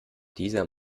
dieser